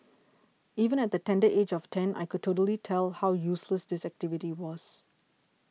even at the tender age of ten I could totally tell how useless this activity was